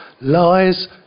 Lies